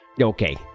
okay